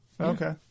Okay